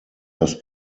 das